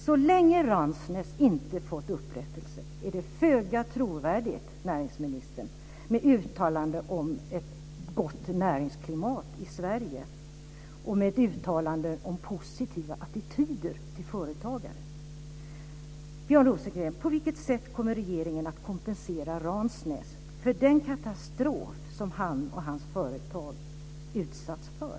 Så länge Ransnäs inte har fått upprättelse är det föga trovärdigt, näringsministern, med uttalanden om ett gott näringsklimat i Sverige och med uttalanden om positiva attityder till företagare. Björn Rosengren! På vilket sätt kommer regeringen att kompensera Ransnäs för den katastrof som han och hans företag utsatts för?